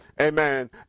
amen